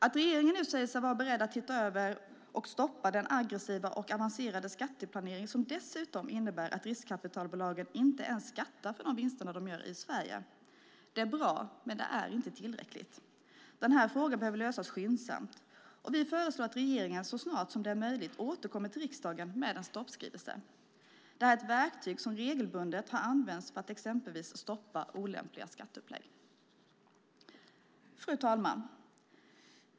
Att regeringen nu säger sig vara beredd att titta över och stoppa den aggressiva och avancerade skatteplanering som dessutom innebär att riskkapitalbolagen inte ens skattar för de vinster de gör i Sverige är bra, men det är inte tillräckligt. Den här frågan behöver lösas skyndsamt. Vi föreslår att regeringen så snart som möjligt återkommer till riksdagen med en stoppskrivelse. Det är ett verktyg som regelbundet har använts för att exempelvis stoppa olämpliga skatteupplägg. Fru talman!